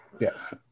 yes